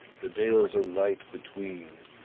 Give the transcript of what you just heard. the dales are light between,